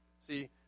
See